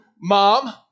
mom